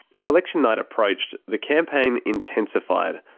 as election night approached, the campaign intensified,